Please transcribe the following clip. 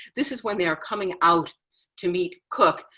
this is when they are coming out to meet cook.